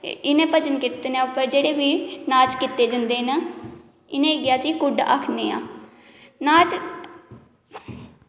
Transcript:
इनें भजन कीर्तन उप्पर जेह्ड़े बी नाच कीते जंदे न इनेंगी अस कुड्ढ आक्खनै आं नाच